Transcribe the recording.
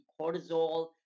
cortisol